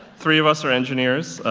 three of us are engineers.